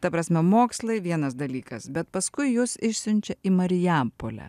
ta prasme mokslai vienas dalykas bet paskui jus išsiunčia į marijampolę